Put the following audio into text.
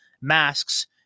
masks